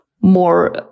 more